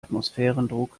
atmosphärendruck